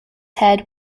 head